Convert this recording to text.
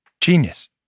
Genius